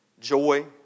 Joy